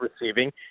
receiving